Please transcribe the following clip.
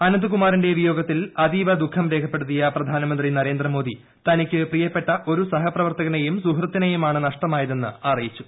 അനന്ത്കുമാറിന്റെ വിയോഗത്തിൽ അതീവ ദുഃഖം രേഖപ്പെടുത്തിയ പ്രധാനമന്ത്രി നരേന്ദ്രമോദി തനിക്ക് പ്രിയപ്പെട്ട ഒരു സഹപ്രവർത്തകനെയും സുഹൃത്തിനെയുമാണ് നഷ്ടമായതെന്ന് അറിയിച്ചു